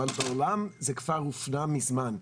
אבל בעולם זה כבר הופנם מזמן.